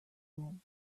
him